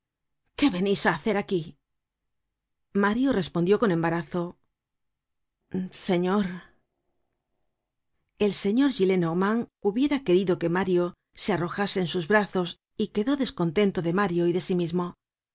qué venís á hacer aquí mario respondió con embarazo señor el señor gillenormand hubiera querido que mario se arrojase en sus brazos y quedó descontento de mario y de sí mismo conoció que